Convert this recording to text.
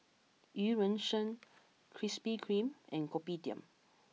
Eu Yan Sang Krispy Kreme and Kopitiam